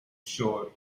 store